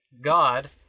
God